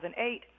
2008